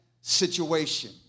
situation